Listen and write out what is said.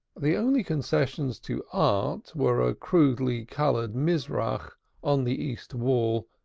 the only concessions to art were a crudely-colored mizrach on the east wall,